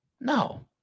No